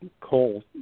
coal